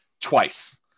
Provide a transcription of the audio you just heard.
twice